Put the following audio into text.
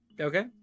okay